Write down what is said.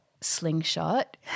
Slingshot